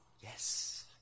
Yes